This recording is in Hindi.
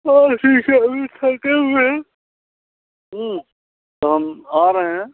हाँ ठीक है अभी थके हुए हैं तो हम आ रहें हैं